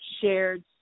shared